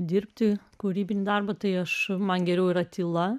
dirbti kūrybinį darbą tai aš man geriau yra tyla